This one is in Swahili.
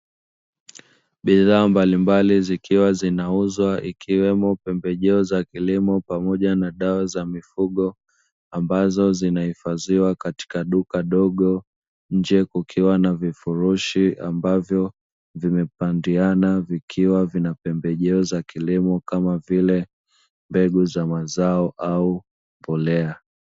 Bidhaa mbalimbali zikiwa zinauzwa ikiwemo pembejeo za kilimo pamoja na dawa za mifugo, ambazo zinahifadhiwa katika duka dogo nje kukiwa na vifurushi ambavyo vimepandiana, vikiwa vina pembejeo za kilimo kama vile mbegu za mazao au mbolea.